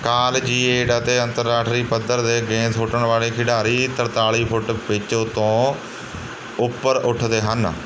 collegiate ਅਤੇ ਅੰਤਰਰਾਸ਼ਟਰੀ ਪੱਧਰ ਦੇ ਗੇਂਦ ਸੁੱਟਣ ਵਾਲ਼ੇ ਖਿਡਾਰੀ ਤਰਤਾਲ਼ੀ ਫੁੱਟ ਪਿੱਚ ਉਤੋਂ ਉੱਪਰ ਉੱਠਦੇ ਹਨ